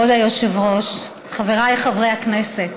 כבוד היושב-ראש, חבריי חברי הכנסת,